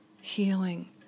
healing